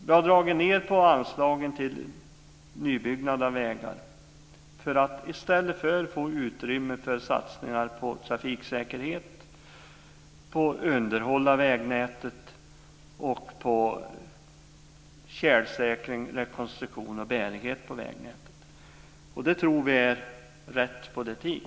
Vi har dragit ned på anslagen till nybyggnad av vägar för att i stället få mer utrymme för satsningar på trafiksäkerhet, underhåll av vägnätet, tjälsäkring, rekonstruktion och bärighet på vägnätet. Det tror vi är rätt politik.